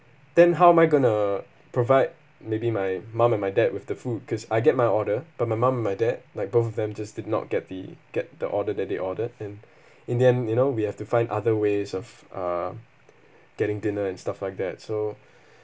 then how am I going to provide maybe my mum and my dad with the food cause I get my order but my mum and my dad like both of them just did not get the get the order that they ordered and in the end you know we have to find other ways of uh getting dinner and stuff like that so